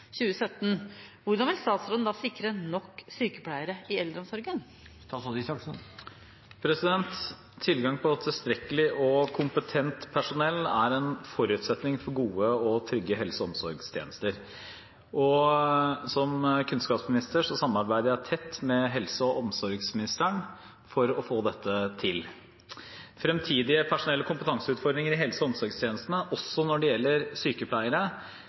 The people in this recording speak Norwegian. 2017. Hvordan vil statsråden da sikre nok sykepleiere i eldreomsorgen?» Tilgang på tilstrekkelig og kompetent personell er en forutsetning for gode og trygge helse- og omsorgstjenester. Som kunnskapsminister samarbeider jeg tett med helse- og omsorgsministeren for å få dette til. Fremtidige personell- og kompetanseutfordringer i helse- og omsorgstjenestene – også når det gjelder sykepleiere